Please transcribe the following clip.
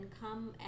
come